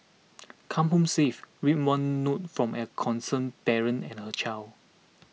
come home safe read one note from a concerned parent and her child